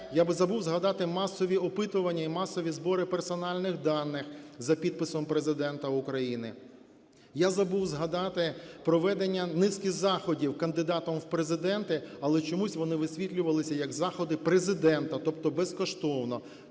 я забув згадати масові опитування і масові збори персональних даних за підписом Президента України. Я забув згадати проведення низки заходів кандидатом в Президенти, але чомусь вони висвітлювались як заходи Президента, тобто безкоштовно.